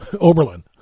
oberlin